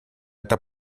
это